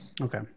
Okay